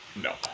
No